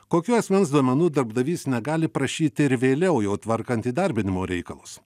kokių asmens duomenų darbdavys negali prašyti ir vėliau jau tvarkant įdarbinimo reikalus